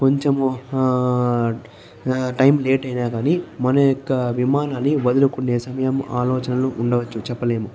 కొంచెం time late అయినా కానీ మన యొక్క విమానాన్ని వదులుకునే సమయం ఆలోచనలు ఉండవచ్చు చెప్పలేము